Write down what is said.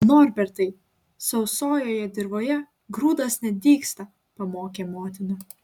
norbertai sausojoje dirvoje grūdas nedygsta pamokė motina